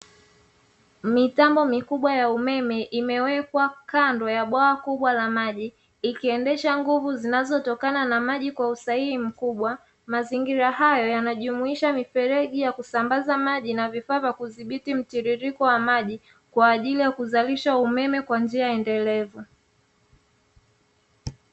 Mitambo mikubwa ya umeme imewekwa kando ya bwawa kubwa la maji, ikiendesha nguvu zinazotokana na maji kwa usahihi mkubwa. Mazingira hayo yanajumuisha mifereji ya kusambaza maji na vifaa vya kudhibiti mtiririko wa maji, kwa ajili ya kuzalisha umeme kwa njia endelevu.